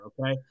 okay